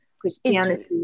Christianity